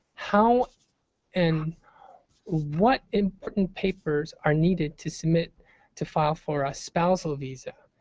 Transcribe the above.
how and what important papers are needed to submit to file for a spousal visa?